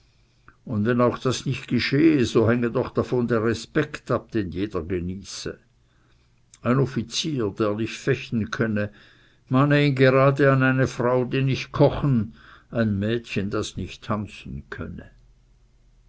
und wenn auch das nicht geschehe so hänge doch davon der respekt ab den jeder genieße ein offizier der nicht fechten könne mahne ihn gerade an eine frau die nicht kochen ein mädchen das nicht tanzen könne